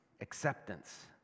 Acceptance